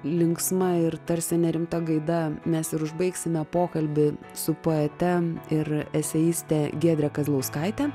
linksma ir tarsi nerimta gaida mes ir užbaigsime pokalbį su poete ir eseiste giedre kazlauskaite